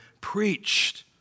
preached